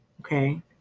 Okay